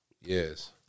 Yes